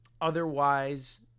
Otherwise